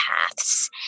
paths